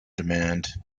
demand